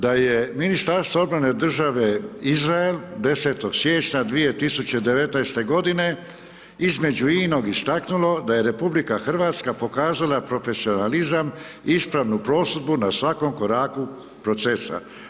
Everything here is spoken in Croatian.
Da je Ministarstvo obrane države Izrael, 10. siječnja 2019. godine između inog istaknulo da je Republika Hrvatska pokazala profesionalizam i ispravnu prosudbu na svakom koraku procesa.